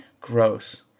gross